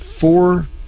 four